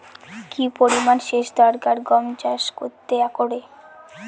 কি পরিমান সেচ দরকার গম চাষ করতে একরে?